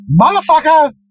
Motherfucker